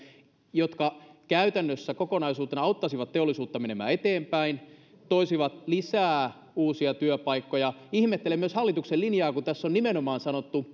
jotka käytännössä kokonaisuutena auttaisivat teollisuutta menemään eteenpäin toisivat lisää uusia työpaikkoja ihmettelen myös hallituksen linjaa kun tässä on nimenomaan sanottu